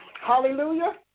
hallelujah